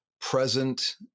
present